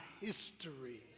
history